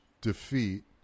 defeat